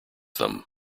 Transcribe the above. them